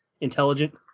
intelligent